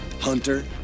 Hunter